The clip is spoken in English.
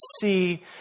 see